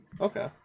okay